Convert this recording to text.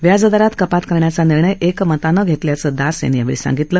व्याजदरात कपात करण्याचा निर्णय एकमतानं घेतल्याचं दास यांनी सांगितलं